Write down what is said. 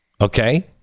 okay